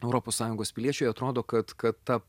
europos sąjungos piliečiui atrodo kad kad ta